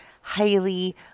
highly